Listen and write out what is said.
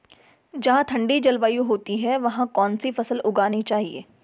जहाँ ठंडी जलवायु होती है वहाँ कौन सी फसल उगानी चाहिये?